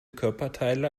körperteile